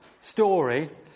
story